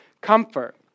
comfort